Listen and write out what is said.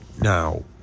Now